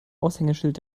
aushängeschild